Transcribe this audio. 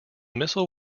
missile